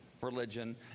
religion